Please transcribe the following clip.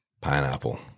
Pineapple